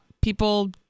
people